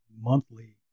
monthly